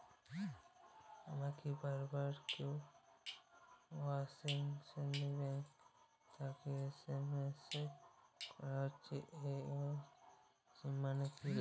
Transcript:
আমাকে বারবার কে.ওয়াই.সি সম্বন্ধে ব্যাংক থেকে এস.এম.এস করা হচ্ছে এই কে.ওয়াই.সি মানে কী?